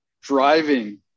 driving